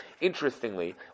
Interestingly